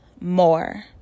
more